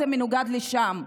זה מנוגד לשם.